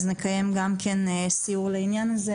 אז נקיים גם כן סיור לעניין הזה,